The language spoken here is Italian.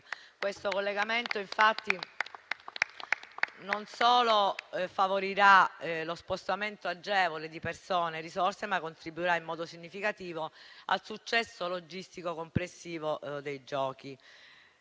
Questo collegamento infatti non solo favorirà lo spostamento agevole di persone e risorse, ma contribuirà anche in modo significativo al successo logistico complessivo dei Giochi.